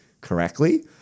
correctly